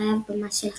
החייב במס של החברה.